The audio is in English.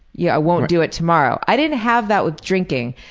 yeah i won't do it tomorrow. i didn't have that with drinking.